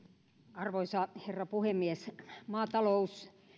arvoisa herra puhemies maatalous